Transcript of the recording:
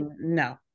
no